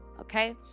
okay